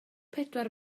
pedwar